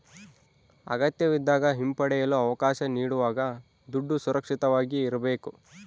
ಅಗತ್ಯವಿದ್ದಾಗ ಹಿಂಪಡೆಯಲು ಅವಕಾಶ ನೀಡುವಾಗ ದುಡ್ಡು ಸುರಕ್ಷಿತವಾಗಿ ಇರ್ಬೇಕು